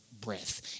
breath